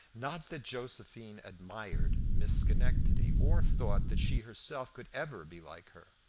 not that josephine admired miss schenectady, or thought that she herself could ever be like her.